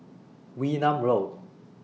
Wee Nam Road